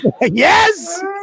yes